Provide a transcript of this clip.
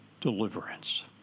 deliverance